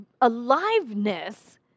aliveness